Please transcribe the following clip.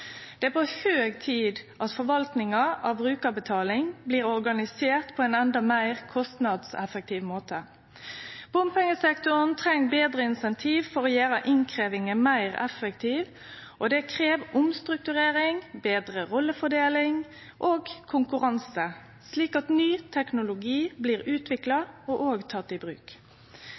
Det er på høg tid at forvaltninga av brukarbetaling blir organisert på ein enda meir kostnadseffektiv måte. Bompengesektoren treng betre incentiv for å gjere innkrevjinga meir effektiv, og det krev omstrukturering, betre rollefordeling og konkurranse, slik at ny teknologi blir utvikla og teken i bruk.